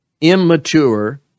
immature